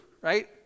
right